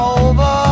over